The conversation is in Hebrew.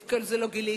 את כל זה לא גיליתם.